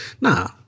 nah